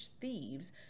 thieves